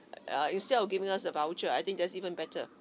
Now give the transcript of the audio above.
uh instead of giving us a voucher I think that's even better